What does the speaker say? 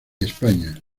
españa